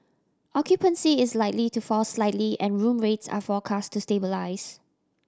occupancy is likely to fall slightly and room rates are forecast to stabilise